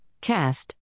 Cast